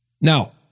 Now